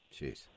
Jeez